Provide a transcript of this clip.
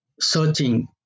searching